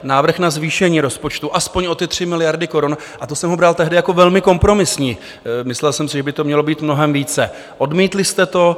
Návrh na zvýšení rozpočtu alespoň o ty 3 miliardy korun a to jsem ho bral tehdy jako velmi kompromisní, myslel jsem si, že by to mělo být mnohem více odmítli jste to.